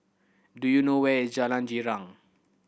do you know where is Jalan Girang